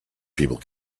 people